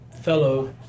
fellow